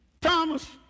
Thomas